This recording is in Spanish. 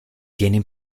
tienen